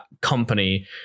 company